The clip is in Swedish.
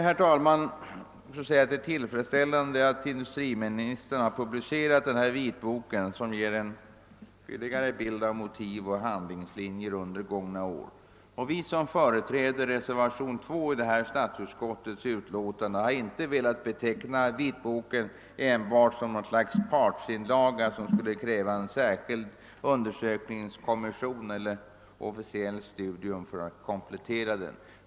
Det är tillfredsställande att industriministern publicerat denna vitbok, som ger en fylligare bild av motiv och handlingslinjer under gångna år. Vi som företräder reservationen 2 i statsutskottets utlåtande har inte velat beteckna vitboken som enbart ett slags partsinlaga som för en komplettering skulle kräva en särskild undersökningskommission eller en officiell studie.